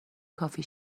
کافی